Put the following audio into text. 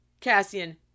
Cassian